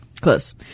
Close